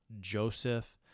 Joseph